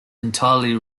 entirely